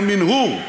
המנהור,